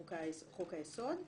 חוק היסוד.